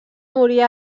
morir